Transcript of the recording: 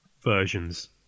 versions